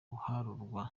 kenyatta